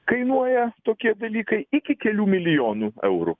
kainuoja tokie dalykai iki kelių milijonų eurų